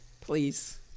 Please